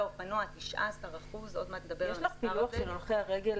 האופנוע 19%. יש פילוח של הולכי הרגל,